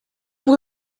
were